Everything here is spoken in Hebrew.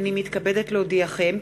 הנני מתכבדת להודיעכם,